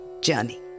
journey